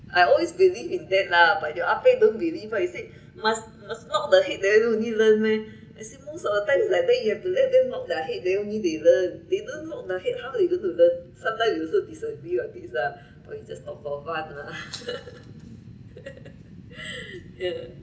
I always believe in that lah but your Ah-Pek don't believe he said must must knock their head then only learnt meh I say most of the time is like that you have to let them knock their head then only they learn they don't knock their head how they going to learn sometime we also disagree on it lah but we also talk for fun lah ya